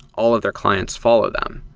all of their clients follow them.